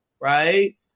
right